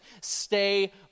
stay